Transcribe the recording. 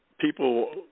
people